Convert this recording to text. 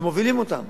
ומובילים אותם.